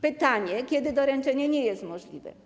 Pytanie: Kiedy doręczenie nie jest możliwe?